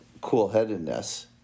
cool-headedness